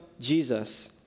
Jesus